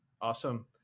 Awesome